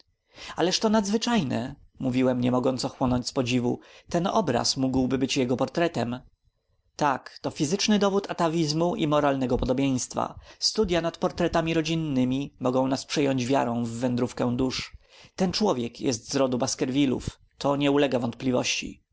ależ to nadzwyczajne mówiłem nie mogąc ochłonąć z podziwu ten obraz mógłby być jego portretem tak to fizyczny dowód atawizmu i moralnego podobieństwa studya nad portretami rodzinnymi mogą nas przejąć wiarą w wędrówkę dusz ten człowiek jest z rodu baskervillów to nie ulega wątpliwości